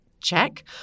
check